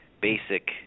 basic